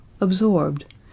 absorbed